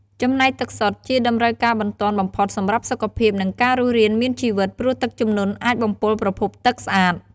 ចំណែកទឹកសុទ្ធ ជាតម្រូវការបន្ទាន់បំផុតសម្រាប់សុខភាព និងការរស់រានមានជីវិត ព្រោះទឹកជំនន់អាចបំពុលប្រភពទឹកស្អាត។